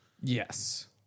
Yes